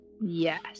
yes